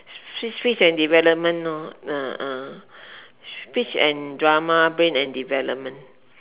speech speech and development lor ah ah speech and drama brain and development